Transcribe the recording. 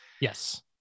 yes